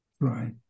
Right